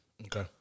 Okay